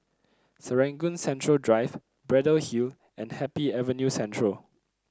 Serangoon Central Drive Braddell Hill and Happy Avenue Central